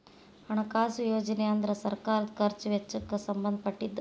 ಹಣಕಾಸು ಯೋಜನೆ ಅಂದ್ರ ಸರ್ಕಾರದ್ ಖರ್ಚ್ ವೆಚ್ಚಕ್ಕ್ ಸಂಬಂಧ ಪಟ್ಟಿದ್ದ